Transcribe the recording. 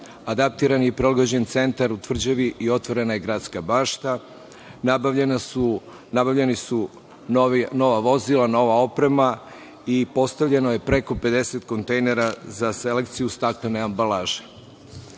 adaptiran je i preograđen Centar u Tvrđavi i otvorena je gradska bašta, nabavljeni su i nova vozila, nova oprema i postavljeno je preko 50 kontejnera za selekciju staklene ambalaže. Kada